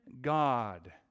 God